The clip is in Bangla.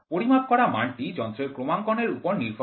পরিমাপ করার মানটি যন্ত্রের ক্রমাঙ্কণের উপর নির্ভর করে